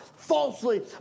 Falsely